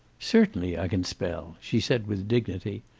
certainly i can spell, she said with dignity.